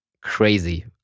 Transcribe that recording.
crazy